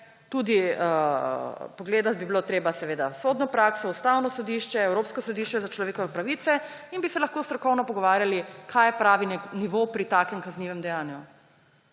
Pogledati bi bilo treba seveda tudi sodno prakso, Ustavno sodišče, Evropsko sodišče za človekove pravice in bi se lahko strokovno pogovarjali, kaj je pravi nivo pri takem kaznivem dejanju.